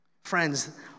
Friends